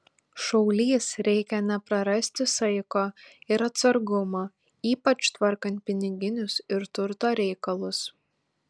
šaulys reikia neprarasti saiko ir atsargumo ypač tvarkant piniginius ir turto reikalus